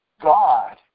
God